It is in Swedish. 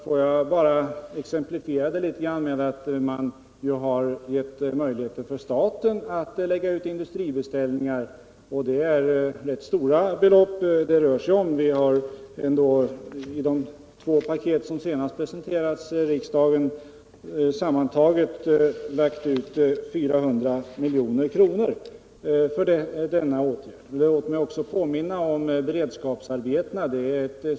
Får jag exemplifiera detta med att framhålla att staten har givits möjligheter att lägga ut industribeställningar. Det rör sig om rätt stora belopp. I de två paket som senast presenterades för riksdagen har vi sammantaget lagt ut 400 milj.kr. för denna åtgärd. Låt mig även påminna om beredskapsarbetena.